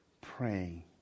praying